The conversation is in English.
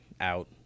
out